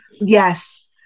Yes